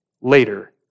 later